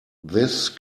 this